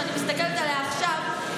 שאני מסתכלת עליה עכשיו,